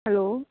hello